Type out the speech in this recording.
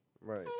Right